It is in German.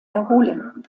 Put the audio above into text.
erholen